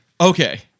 okay